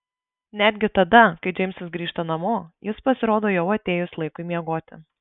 netgi tada kai džeimsas grįžta namo jis pasirodo jau atėjus laikui miegoti